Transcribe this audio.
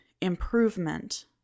improvement